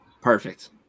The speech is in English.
Perfect